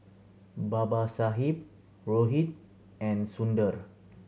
Babasaheb Rohit and Sundar